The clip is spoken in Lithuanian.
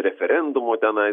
referendumo tenai